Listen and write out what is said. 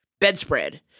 bedspread